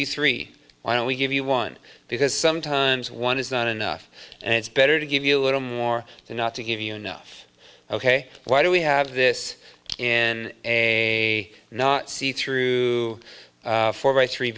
you three why don't we give you one because sometimes one is not enough and it's better to give you a little more and not to give you enough ok why do we have this in a see through four by three